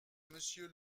monsieur